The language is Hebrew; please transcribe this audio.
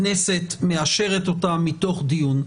כנסת מאשרת אותם מתוך דיון.